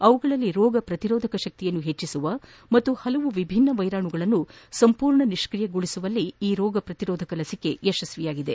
ಅವುಗಳಲ್ಲಿ ರೋಗ ಪ್ರತಿರೋಧಕ ಶಕ್ತಿಯನ್ನು ಹೆಚ್ಚಿಸುವ ಮತ್ತು ಹಲವು ವಿಭಿನ್ನ ವೈರಾಣುಗಳನ್ನು ಸಂಪೂರ್ಣ ನಿಶ್ಶಿಯಗೊಳಿಸುವಲ್ಲಿ ಈ ರೋಗ ಪ್ರತಿರೋಧಕ ಲಕಿಕೆ ಯಶಸ್ವಿಯಾಗಿದೆ